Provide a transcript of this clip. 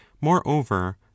moreover